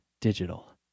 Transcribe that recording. Digital